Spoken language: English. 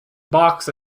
box